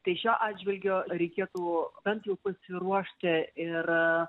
tai šiuo atžvilgiu reikėtų bent jau pasiruošti ir